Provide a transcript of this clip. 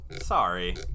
Sorry